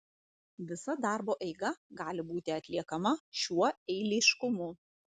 visa darbo eiga gali būti atliekama šiuo eiliškumu